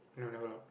no never lock